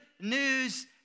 news